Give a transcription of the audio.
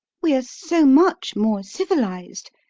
we're so much more civilised.